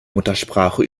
muttersprache